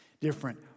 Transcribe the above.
different